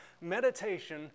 meditation